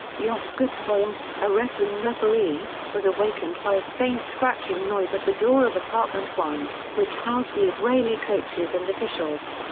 yossef gutfreund, a wrestling referee, was awakened by a faint scratching noise at the door of apartment one, which housed the israeli coaches and officials.